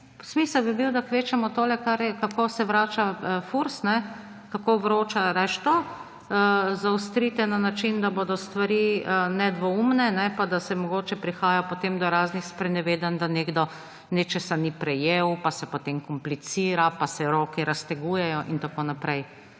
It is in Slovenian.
Smisel bi bil, da kvečjemu to, kako se vrača, kako Furs vroča, rajši to zaostrite na način, da bodo stvari nedvoumne, ne pa da mogoče prihaja potem do raznih sprenevedanj, da nekdo nečesa ni prejel, pa se potem komplicira pa se roki raztegujejo in tako naprej.